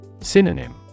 Synonym